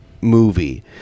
movie